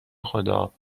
خدا